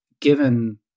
given